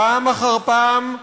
פעם אחר פעם,